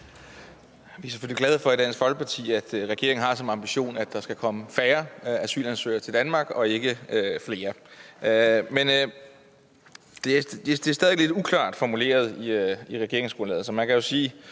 Vi er selvfølgelig glade for i Dansk Folkeparti, at regeringen har som ambition, at der skal komme færre asylansøgere til Danmark og ikke flere, men det er stadig væk lidt uklart formuleret i regeringsgrundlaget.